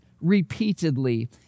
repeatedly